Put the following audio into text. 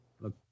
Look